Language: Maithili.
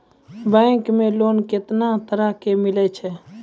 बैंक मे लोन कैतना तरह के मिलै छै?